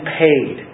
paid